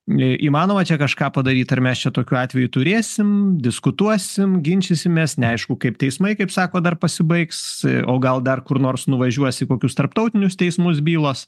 ne įmanoma čia kažką padaryt ar mes čia tokiu atvejų turėsim diskutuosim ginčysimės neaišku kaip teismai kaip sako dar pasibaigs o gal dar kur nors nuvažiuos į kokius tarptautinius teismus bylos